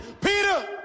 Peter